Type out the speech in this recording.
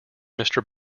mister